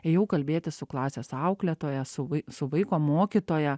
ėjau kalbėtis su klasės auklėtoja su vai su vaiko mokytoja